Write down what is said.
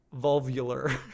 vulvular